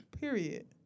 Period